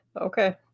Okay